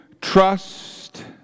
trust